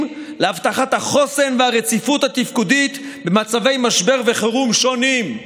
להבטחת החוסן והרציפות התפקודית במצבי משבר וחירום שונים".